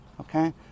okay